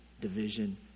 division